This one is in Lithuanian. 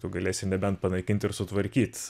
tu galėsi nebent panaikint ir sutvarkyt